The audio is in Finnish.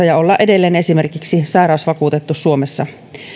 ja olla edelleen esimerkiksi sairausvakuutettu suomessa